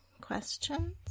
questions